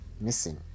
missing